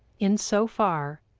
in so far,